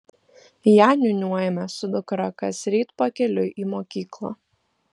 ją niūniuojame su dukra kasryt pakeliui į mokyklą